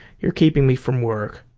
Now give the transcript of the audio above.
you're keeping me from work,